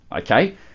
okay